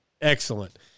Excellent